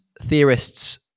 theorists